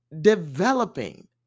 developing